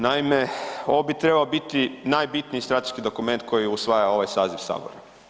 Naime, ovo bi trebao biti najbitniji strateški dokument koji usvaja ovaj saziv sabora.